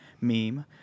meme